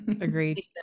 agreed